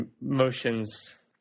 motions